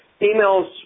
Emails